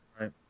right